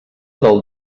del